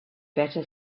better